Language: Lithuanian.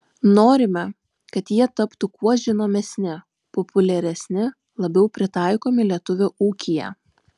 norime kad jie taptų kuo žinomesni populiaresni labiau pritaikomi lietuvio ūkyje